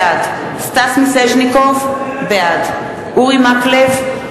בעד סטס מיסז'ניקוב, בעד אורי מקלב,